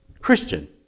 Christian